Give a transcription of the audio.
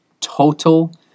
Total